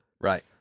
Right